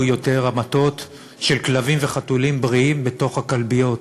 יותר המתות של כלבים וחתולים בריאים בתוך הכלביות.